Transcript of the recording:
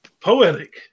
Poetic